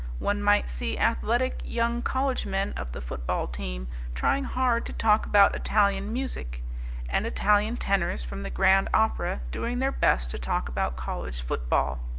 one might see athletic young college men of the football team trying hard to talk about italian music and italian tenors from the grand opera doing their best to talk about college football.